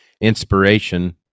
inspiration